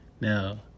Now